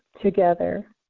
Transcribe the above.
together